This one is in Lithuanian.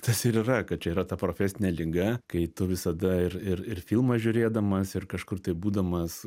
tas ir yra kad čia yra ta profesinė liga kai tu visada ir ir ir filmą žiūrėdamas ir kažkur tai būdamas